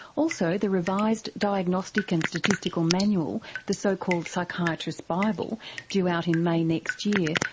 also the revised diagnostic and statistical manual, the so-called psychiatrists' bible due out in may next year,